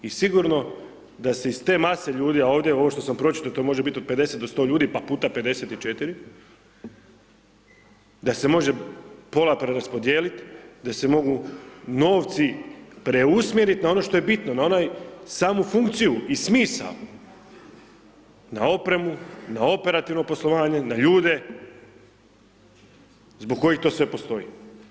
I sigurno da se iz te mase ljudi a ovdje ovo što sam pročitao to može biti od 50 do 100 ljudi pa puta 54 da se može pola preraspodijeliti, da se mogu novci preusmjeriti na ono što je bitno, na onu samu funkciju i smisao, na opremu, na operativno poslovanje, na ljude, zbog kojih to sve postoji.